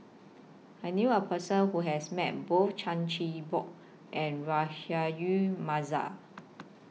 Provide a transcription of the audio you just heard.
I knew A Person Who has Met Both Chan Chin Bock and Rahayu Mahzam